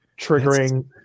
triggering